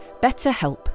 BetterHelp